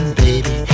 baby